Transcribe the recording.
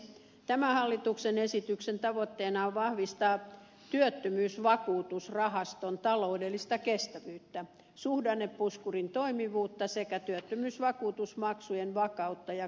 tämän hallituksen esityksen tavoitteena on vahvistaa työttömyysvakuutusrahaston taloudellista kestävyyttä suhdannepuskurin toimivuutta sekä työttömyysvakuutusmaksujen vakautta ja kohtuullista tasoa